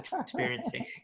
experiencing